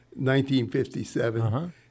1957